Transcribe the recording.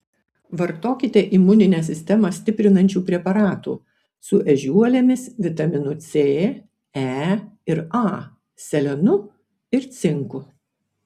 vartokite imuninę sistemą stiprinančių preparatų su ežiuolėmis vitaminu c e ir a selenu ir cinku